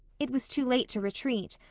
it was too late to retreat,